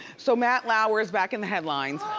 so, matt lauer is back in the headlines.